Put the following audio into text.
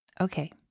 okay